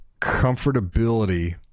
comfortability